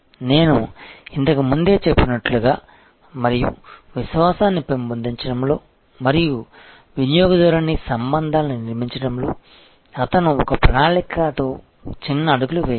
నేను ఇంతకు ముందే చెప్పినట్లుగా మరియు విశ్వాసాన్ని పెంపొందించడంలో మరియు వినియోగదారుని సంబంధాలను నిర్మించడంలో అతను ఒక ప్రణాళికతో చిన్న అడుగులు వేయాలి